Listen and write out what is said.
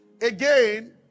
Again